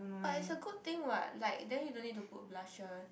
but it's a good think what like then you don't need to put blusher